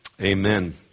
Amen